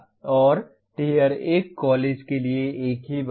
और tier 1 college के लिए एक ही बात